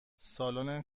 سالن